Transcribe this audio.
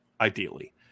ideally